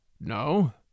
No